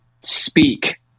speak